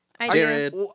Jared